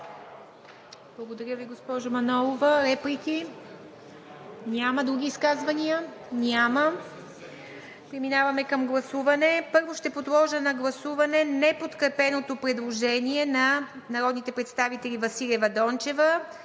Благодаря Ви, госпожо Манолова. Реплики? Няма. Други изказвания? Няма. Преминаваме към гласуване. Първо ще подложа на гласуване неподкрепеното предложение на народните представители Василева и Дончева